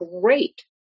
great